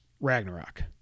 Ragnarok